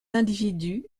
individus